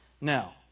Now